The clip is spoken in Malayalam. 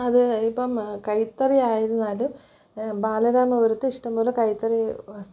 അത് ഇപ്പം കൈത്തറിയായിരുന്നാലും ബാലരാമപുരത്ത് ഇഷ്ടംപോലെ കൈത്തറി വസ്തുക്കൾ